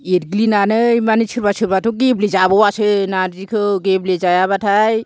एरग्लिनानै माने सोरबा सोरबाथ' गेब्लेजाबवासो नार्जिखौ गेब्लेजाया बाथाय